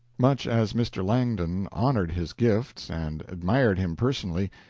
much as mr. langdon honored his gifts and admired him personally,